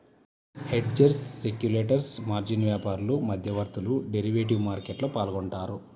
hedgers, speculators, margin వ్యాపారులు, మధ్యవర్తులు derivative మార్కెట్లో పాల్గొంటారు